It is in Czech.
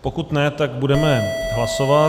Pokud ne, tak budeme hlasovat.